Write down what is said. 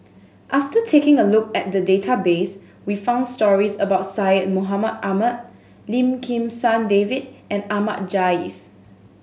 after taking a look at the database we found stories about Syed Mohamed Ahmed Lim Kim San David and Ahmad Jais